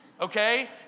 Okay